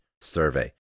survey